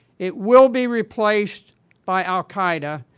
it will be replaced by al-qaeda.